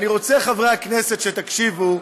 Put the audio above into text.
ואני רוצה, חברי הכנסת, שתקשיבו